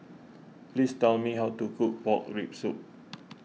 please tell me how to cook Pork Rib Soup